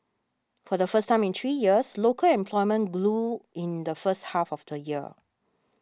for the first time in three years local employment grew in the first half of the year